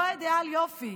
אותו אידיאל יופי,